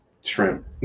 shrimp